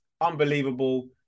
unbelievable